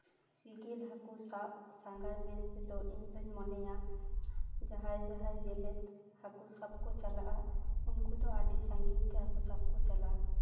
ᱥᱤᱜᱤᱞ ᱦᱟᱹᱠᱩ ᱥᱟᱵ ᱥᱟᱸᱜᱷᱟᱨ ᱢᱮᱱ ᱛᱮᱫᱚ ᱤᱧᱫᱩᱧ ᱢᱚᱱᱮᱭᱟ ᱡᱟᱦᱟᱸᱭ ᱡᱟᱦᱟᱸᱭ ᱡᱮᱞᱮ ᱦᱟᱹᱠᱩ ᱥᱟᱵ ᱠᱚ ᱪᱟᱞᱟᱜᱼᱟ ᱩᱱᱠᱩ ᱫᱚ ᱟᱹᱰᱤ ᱥᱟᱺᱜᱤᱧ ᱛᱮ ᱦᱟᱹᱠᱩ ᱥᱟᱵ ᱠᱚ ᱪᱟᱞᱟᱜᱼᱟ